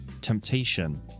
Temptation